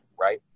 right